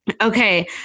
okay